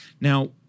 Now